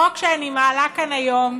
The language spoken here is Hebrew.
החוק שאני מעלה כאן היום,